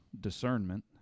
discernment